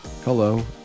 Hello